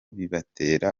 bibatera